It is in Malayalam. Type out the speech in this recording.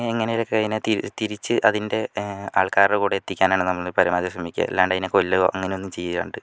എങ്ങനെയേലും ഒക്കെ അതിനെ തിരി തിരിച്ച് അതിന്റെ ആള്ക്കാരുടെ കൂടെ എത്തിക്കാന് ആണ് നമ്മള് പരമാവധി ശ്രമിക്കുക അല്ലാണ്ട് അതിനെ കൊല്ലുവോ അങ്ങനെയൊന്നും ചെയ്യാണ്ട്